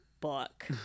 book